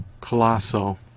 colossal